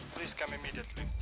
please come immediately